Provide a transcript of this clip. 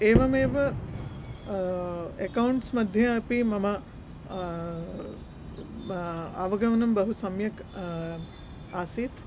एवमेव एकौण्ट्स् मध्ये अपि मम अवगमनं बहु सम्यक् आसीत्